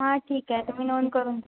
हां ठीक आहे तुम्ही नोंद करून